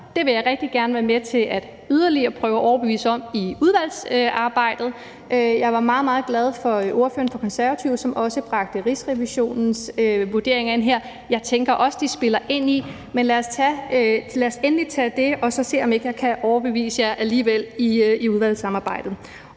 Det vil jeg rigtig gerne prøve at overbevise yderligere om i udvalgsarbejdet. Jeg var meget, meget glad for ordføreren fra Konservative, som også bragte Rigsrevisionens vurdering ind her. Jeg tænker også, at den spiller ind i det. Men lad os endelig tage det op og så se, om ikke jeg kan overbevise jer alligevel i udvalgsarbejdet,